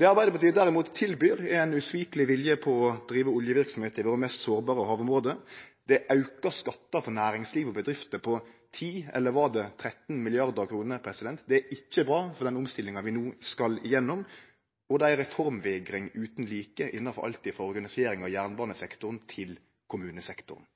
Det Arbeidarpartiet derimot tilbyr, er ein usvikeleg vilje til å drive oljeverksemd i våre mest sårbare havområde og auka skattar for næringsliv og bedrifter på 10 mrd. kr, eller var det 13 mrd. kr? Det er ikkje bra for den omstillinga vi no skal gjennom, og det er ei reformvegring utan like innanfor alt frå organisering av jernbanesektoren